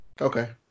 Okay